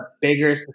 bigger